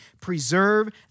preserve